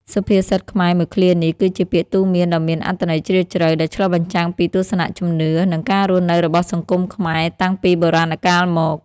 សុភាសិតខ្មែរមួយឃ្លានេះ គឺជាពាក្យទូន្មានដ៏មានអត្ថន័យជ្រាលជ្រៅ ដែលឆ្លុះបញ្ចាំងពីទស្សនៈ ជំនឿ និងការរស់នៅរបស់សង្គមខ្មែរតាំងពីបុរាណកាលមក។